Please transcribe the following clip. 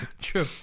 True